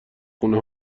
خونه